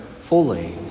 fully